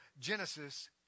Genesis